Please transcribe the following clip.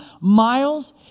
miles